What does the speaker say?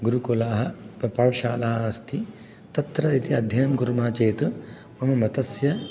गुरुकुलाः पाठशालाः अस्ति तत्र यदि अध्ययनं कुर्मः चेत् मम मतस्य